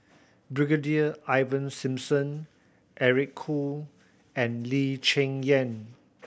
Brigadier Ivan Simson Eric Khoo and Lee Cheng Yan